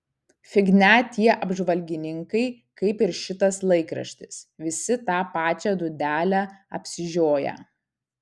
fignia tie apžvalgininkai kaip ir šitas laikraštis visi tą pačią dūdelę apsižioję